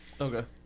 Okay